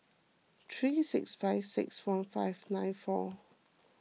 three six five six one five nine four